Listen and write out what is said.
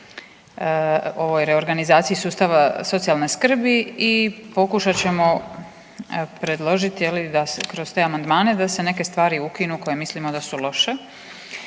ovoj reorganizaciji sustava socijalne skrbi i pokušat ćemo predložiti da se kroz te amandmane da se neke stvari ukinu koje mislimo da su loše.